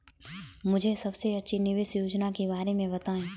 मुझे सबसे अच्छी निवेश योजना के बारे में बताएँ?